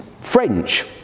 French